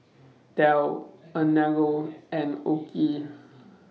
Dell Anello and OKI